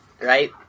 Right